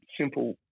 simple